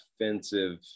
offensive